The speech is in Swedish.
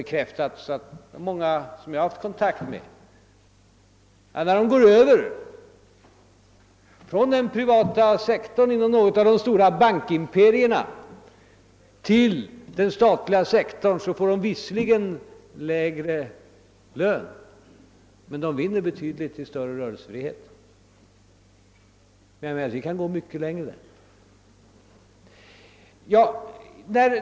Det har av många som jag haft kontakt med bekräftats, att när de gått över från den privata sektorn — t.ex. från något av de stora bankimperierna — till den statliga sektorn, så har de visserligen fått lägre lön men också betydligt större rörelsefrihet. Men vi kan gå mycket längre.